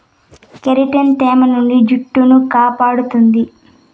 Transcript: keratin తేమ నుండి జుట్టును కాపాడుతుంది